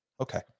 Okay